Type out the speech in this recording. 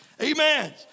Amen